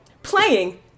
playing